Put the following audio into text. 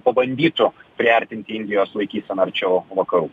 pabandytų priartinti indijos laikyseną arčiau vakarų